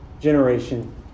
generation